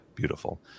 Beautiful